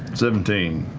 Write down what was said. seventeen.